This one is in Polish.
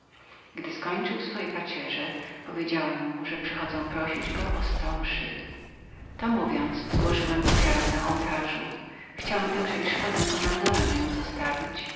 gdy skończył swoje pacierze powiedziałem mu że przychodzę prosić go o sto mszy to mówiąc złożyłem ofiarę na ołtarzu chciałem także i szpadę kommandora na nim zostawić